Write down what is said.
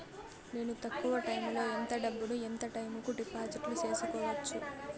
నేను తక్కువ టైములో ఎంత డబ్బును ఎంత టైము కు డిపాజిట్లు సేసుకోవచ్చు?